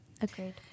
Agreed